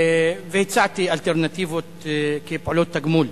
והצעתי אלטרנטיבות כפעולות תגמול,